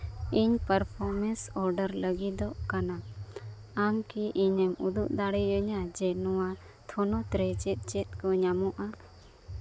ᱤᱧ performance order ᱞᱟᱹᱜᱤᱫᱚᱜ ᱠᱟᱱᱟ ᱟᱢ ᱠᱤ ᱤᱧᱮᱢ ᱩᱫᱩᱜ ᱫᱟᱲᱮᱭᱟᱹᱧᱟ ᱡᱮ ᱱᱚᱣᱟ ᱛᱷᱚᱱᱚᱛ ᱨᱮ ᱪᱮᱫ ᱪᱮᱫ ᱠᱚ ᱧᱟᱢᱚᱜᱼᱟ